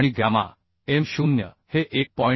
आणि gamma m0 हे 1